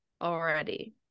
already